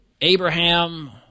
Abraham